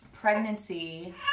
pregnancy